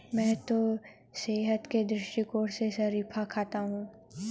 मैं तो सेहत के दृष्टिकोण से शरीफा खाता हूं